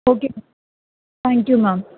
okay ma'am thank you ma'am